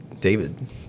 David